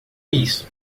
isso